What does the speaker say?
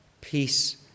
peace